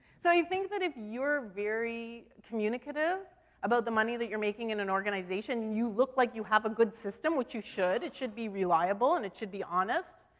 so i think that if you're very communicative about the money that you're making in an organization, you look like you have a good system, which you should. it should be reliable, and it should be honest,